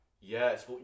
Yes